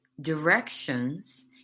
directions